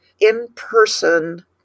in-person